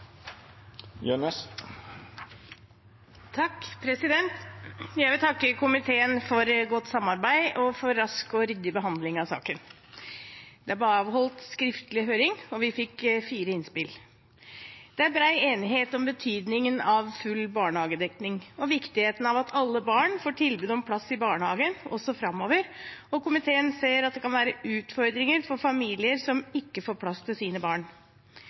vil takke komiteen for godt samarbeid og for rask og ryddig behandling av saken. Det ble avholdt skriftlig høring, og vi fikk fire innspill. Det er bred enighet om betydningen av full barnehagedekning og viktigheten av at alle barn får tilbud om plass i barnehage også framover, og komiteen ser at det kan være utfordringer for familier som ikke får plass til sine barn.